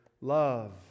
love